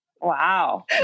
wow